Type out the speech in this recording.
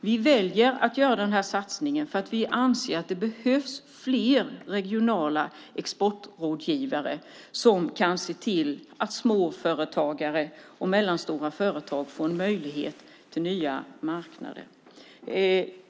Vi väljer att göra denna satsning för att vi anser att det behövs fler regionala exportrådgivare som kan se till att småföretagare och mellanstora företag får en möjlighet till nya marknader.